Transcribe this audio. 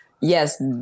yes